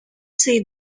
say